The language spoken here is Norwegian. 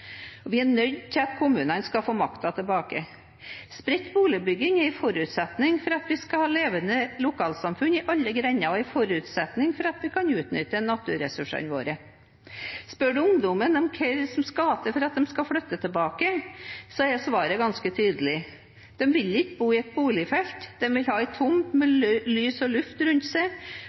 er nødt til å få makten tilbake. Spredt boligbygging er en forutsetning for at vi skal ha levende lokalsamfunn i alle grender, og er en forutsetning for at vi kan utnytte naturressursene våre. Spør man ungdommen om hva som skal til for at de skal flytte tilbake, er svaret ganske tydelig: De vil ikke bo i et boligfelt; de vil ha en tomt med lys og luft rundt seg,